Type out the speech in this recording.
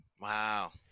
Wow